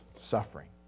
Suffering